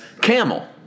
camel